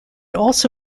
also